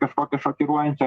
kažkokią šokiruojančią